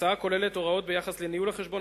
בהצעה נכללות הוראות בדבר ניהול החשבון